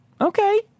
Okay